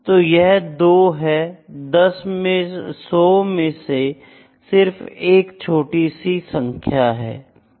तो यह 2 है 100 में से सिर्फ एक छोटी संख्या है